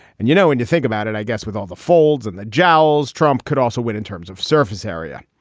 and you know, when and you think about it, i guess with all the folds and the jowls, trump could also win in terms of surface area.